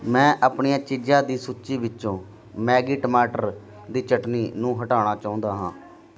ਮੈਂ ਆਪਣੀਆਂ ਚੀਜ਼ਾਂ ਦੀ ਸੂਚੀ ਵਿੱਚੋਂ ਮੈਗੀ ਟਮਾਟਰ ਦੀ ਚਟਨੀ ਨੂੰ ਹਟਾਉਣਾ ਚਾਹੁੰਦਾ ਹਾਂ